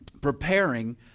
preparing